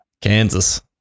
kansas